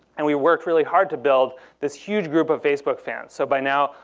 and we worked really hard to build this huge group of facebook fans. so by now,